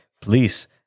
please